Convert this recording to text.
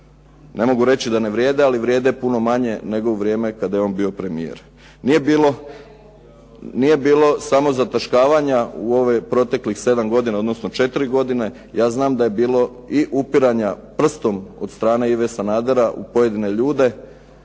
ne mogu reći da ne vrijede, ali vrijede puno manje nego u vrijeme kada je on bio premijer. Nije bilo samozataškavanja u ovih proteklih sedam godina, odnosno četiri godine. Ja znam da je bilo i upiranja prstom od strane Ive Sanadera u pojedine ljude